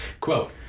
quote